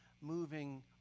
moving